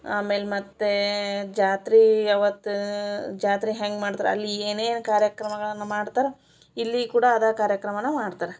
ಆಮೇಲೆ ಮತ್ತೆ ಜಾತ್ರೆ ಅವತ್ತು ಜಾತ್ರೆ ಹೆಂಗೆ ಮಾಡ್ತರೆ ಅಲ್ಲಿ ಏನೇನು ಕಾರ್ಯಕ್ರಮಗಳನ್ನು ಮಾಡ್ತಾರೆ ಇಲ್ಲಿ ಕೂಡ ಅದೆ ಕಾರ್ಯಕ್ರಮನ ಮಾಡ್ತಾರೆ